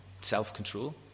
Self-control